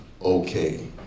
okay